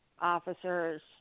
officers